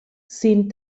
sin